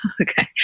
Okay